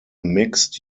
mixed